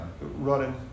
running